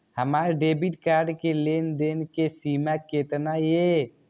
हमार debit card के लेन देन के सीमा केतना ये?